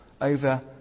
over